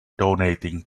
donating